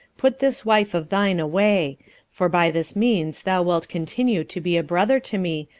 put this wife of thine away for by this means thou wilt continue to be a brother to me,